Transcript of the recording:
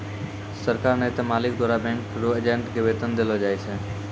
सरकार नै त मालिक द्वारा बैंक रो एजेंट के वेतन देलो जाय छै